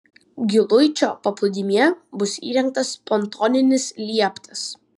giluičio paplūdimyje bus įrengtas pontoninis lieptas